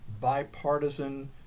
bipartisan